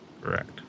Correct